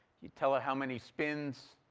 you tell it how many spins.